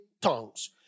tongues